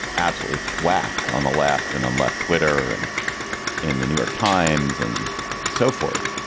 absolutely thwacked on the left and on left, twitter and in the new york times and so forth.